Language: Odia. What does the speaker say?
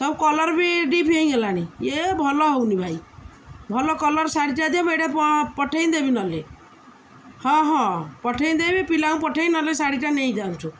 ସବୁ କଲର୍ ବି ଡ଼ିପ୍ ହୋଇଗଲାଣି ୟେ ଭଲ ହଉନି ଭାଇ ଭଲ କଲର୍ ଶାଢ଼ୀଟା ଯେ ଏଇଟା ପଠେଇ ଦେବି ନହେଲେ ହଁ ହଁ ପଠେଇଦେବି ପିଲାଙ୍କୁ ପଠେଇ ନହେଲେ ଶାଢ଼ୀଟା ନେଇଯାଆନ୍ତୁ